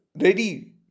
ready